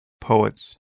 poets